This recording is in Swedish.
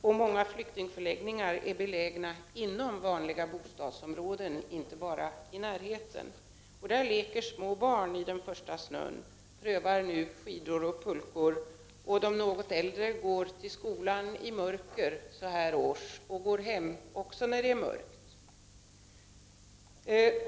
Och många flyktingförläggningar är belägna inom vanliga bostadsområden, inte bara i närheten av dem. I dessa bostadsområden leker små barn i den första snön. De prövar skidor och pulkor. Och de något äldre barnen går så här års till och från skolan i mörker.